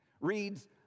reads